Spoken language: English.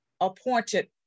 appointed